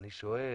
אני שואל,